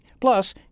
Plus